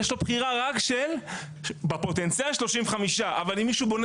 יש לו בחירה רק של בפוטנציאל 35. אבל אם מישהו בונה